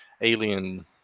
alien